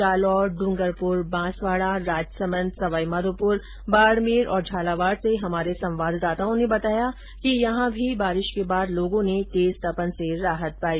Jalore Dungarpur Banswara Rajsamand Sawai Madhopur Barmer और झालावाड से हमारे संवाददाताओं ने बताया कि यहां भी बारिश के बाद लोगों ने तेज तपन से राहत पाई